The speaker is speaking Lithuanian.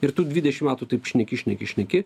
ir tu dvidešim metų taip šneki šneki šneki